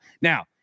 Now